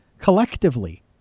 collectively